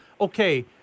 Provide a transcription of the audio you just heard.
okay